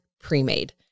pre-made